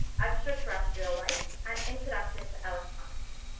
extraterrestrial life, and introduction to electronics.